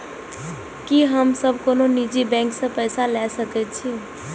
की हम सब कोनो निजी बैंक से पैसा ले सके छी?